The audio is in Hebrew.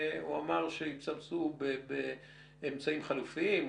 הוא אמר שישתמשו באמצעים חלופיים,